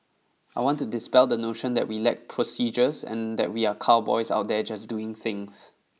I want to dispel the notion that we lack procedures and that we are cowboys out there just doing things